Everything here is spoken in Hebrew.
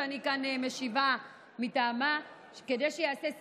שאני משיבה כאן מטעמה,